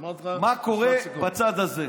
אמרתי לך, משפט סיכום.